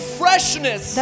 freshness